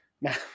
Now